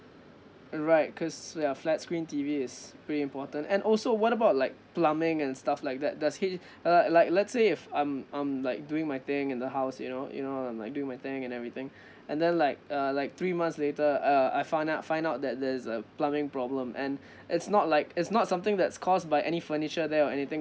alright cause ya flat screen T_V is pretty important and also what about like plumbing and stuff like that does H uh like let's say if I'm I'm like doing my thing in the house you know you know like I'm doing my thing and everything and then like uh like three months later uh I found out find out that there is a plumbing problem and it's not like it's not something that's caused by any furniture there or anything